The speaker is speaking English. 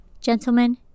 Gentlemen